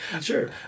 Sure